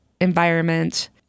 environment